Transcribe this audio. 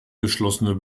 geschlossene